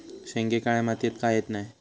शेंगे काळ्या मातीयेत का येत नाय?